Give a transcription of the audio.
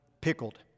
pickled